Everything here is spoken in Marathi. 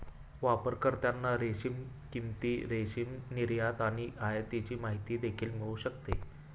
वापरकर्त्यांना रेशीम किंमती, रेशीम निर्यात आणि आयातीची माहिती देखील मिळू शकते